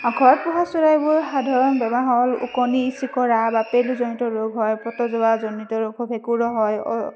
ঘৰত পোহা চৰাইবোৰ সাধাৰণ বেমাৰ হ'ল ওকণি চিকৰা বা পেলুজনিত ৰোগ হোৱা প্ৰ'টজৱাজনিত ৰোগ হয় ভেঁকুৰো হয়